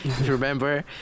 remember